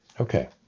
okay